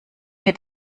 mir